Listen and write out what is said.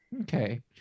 Okay